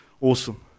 Awesome